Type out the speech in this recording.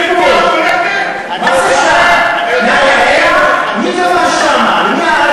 למי הארץ הזאת?